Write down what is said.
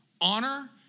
Honor